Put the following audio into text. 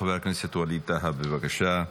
חבר הכנסת ווליד טאהא, בבקשה,